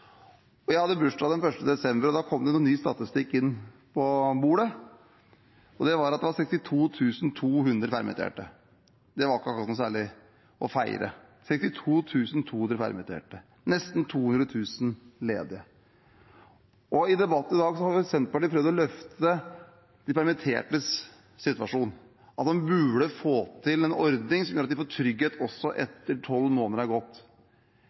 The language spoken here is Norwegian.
Jeg hadde bursdag den 1. desember, og da kom det ny statistikk på bordet: Det var 62 200 permitterte. Det var ikke akkurat noe å feire. Det er 62 200 permitterte og nesten 200 000 arbeidsledige. I debatten i dag har Senterpartiet prøvd å løfte de permittertes situasjon. Man burde få til en ordning som gjør at de får trygghet også etter at tolv måneder har gått.